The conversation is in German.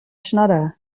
schnodder